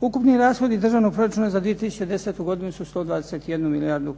Ukupni rashodi Državnog proračuna za 2010. godinu su 121 milijardu